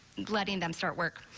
letting them start work.